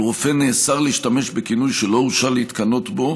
על רופא נאסר להשתמש בכינוי שלא הורשה להתכנות בו.